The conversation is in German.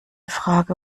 frage